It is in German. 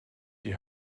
die